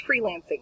freelancing